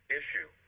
issue